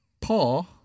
Paul